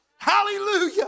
Hallelujah